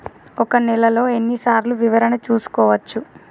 ఒక నెలలో ఎన్ని సార్లు వివరణ చూసుకోవచ్చు?